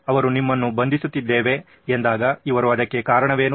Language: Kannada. ಅವರು ನಿಮ್ಮನ್ನು ಬಂಧಿಸುತ್ತಿದ್ದೇವೆ ಎಂದಾಗ ಇವರು ಅದಕ್ಕೆ ಕಾರಣವೆನೂ